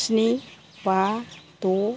स्नि बा द'